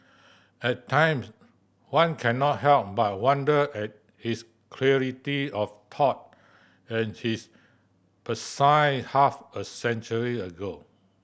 at times one cannot help but wonder at his clarity of thought and his prescience half a century ago